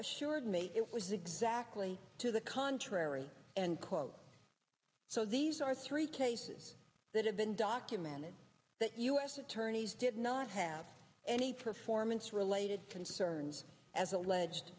assured me it was exactly to the contrary and quote so these are three cases that have been documented that u s attorneys did not have any performance related concerns as alleged